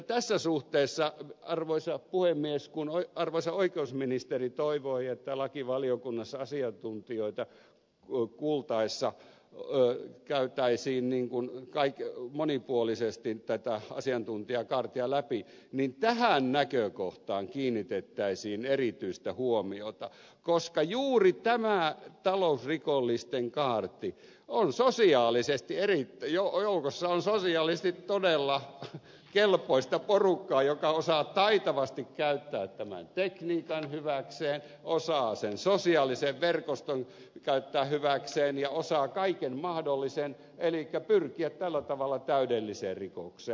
tässä suhteessa ehdottaisin arvoisa puhemies kun arvoisa oikeusministeri toivoi että lakivaliokunnassa asiantuntijoita luukultaissa lain käyttäisi niin kun kuultaessa käytäisiin monipuolisesti asiantuntijakaartia läpi että tähän näkökohtaan kiinnitettäisiin erityistä huomiota koska juuri tässä talousrikollisten kaartissa on sosiaalisesti ennen ajoon oudossa on sosialisti todella kelpoista porukkaa joka osaa taitavasti käyttää tämän tekniikan hyväkseen osaa sen sosiaalisen verkoston käyttää hyväkseen ja osaa kaiken mahdollisen elikkä pyrkiä tällä tavalla täydelliseen rikokseen